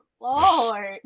Lord